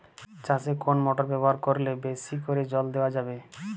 চাষে কোন মোটর ব্যবহার করলে বেশী করে জল দেওয়া যাবে?